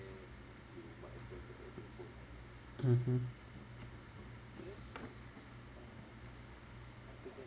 mmhmm